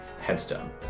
headstone